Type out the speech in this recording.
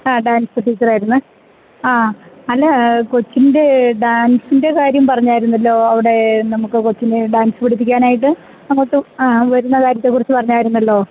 ആ ഡാൻസ് ടീച്ചറായിരുന്നു ആ അല്ലാ കൊച്ചിൻ്റെ ഡാൻസിന്റെ കാര്യം പറഞ്ഞാരുന്നല്ലോ അവിടെ നമുക്ക് കൊച്ചിന് ഡാൻസ് പഠിപ്പിക്കാനായിട്ട് അങ്ങോട്ട് ആ വരുന്ന കാര്യത്തെക്കുറിച്ചു പറഞ്ഞായിരുന്നല്ലോ